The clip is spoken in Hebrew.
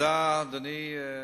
תודה, אדוני.